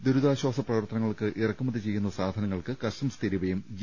ദുരിതാശ്വാസ പ്രവർത്തനങ്ങൾക്ക് ഇറക്കുമതി ചെയ്യുന്ന സാധനങ്ങൾക്ക് കസ്റ്റംസ് തീരുവയും ജി